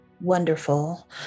wonderful